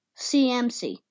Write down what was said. CMC